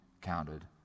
counted